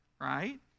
Right